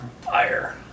Fire